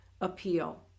appeal